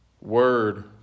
word